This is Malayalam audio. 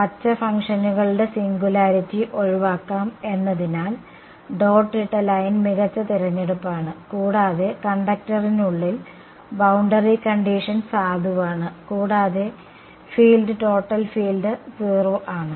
പച്ച ഫംഗ്ഷനുകളുടെ സിംഗുലാരിറ്റി ഒഴിവാക്കാം എന്നതിനാൽ ഡോട്ട് ഇട്ട ലൈൻ മികച്ച തിരഞ്ഞെടുപ്പാണ് കൂടാതെ കണ്ടക്ടറിനുള്ളിൽ ബൌണ്ടറി കണ്ടിഷൻ സാധുവാണ് കൂടാതെ ഫീൽഡ് ടോട്ടൽ ഫീൽഡ് 0 ആണ്